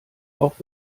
auch